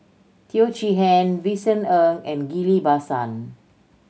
Teo Chee Hean Vincent Ng and Ghillie Basan